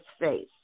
face